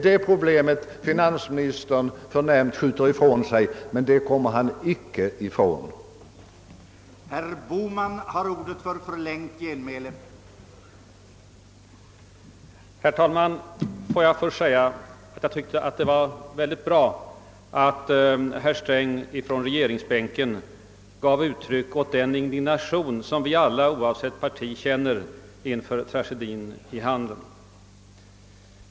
Det problemet skjuter finansministern som nämnt ifrån sig, men han kommer inte därför undan det.